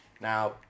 Now